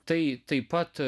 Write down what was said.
tai taip pat